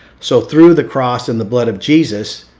so through the cross and the blood of jesus,